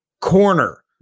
corner